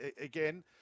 again